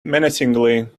menacingly